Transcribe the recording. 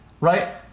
Right